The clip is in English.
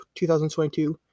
2022